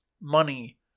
money